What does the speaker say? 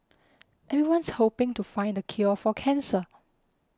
everyone's hoping to find the cure for cancer